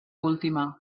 última